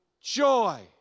joy